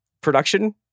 production